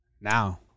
Now